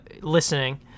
listening